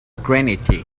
granite